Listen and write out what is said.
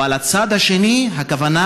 אבל הצד השני, הכוונה,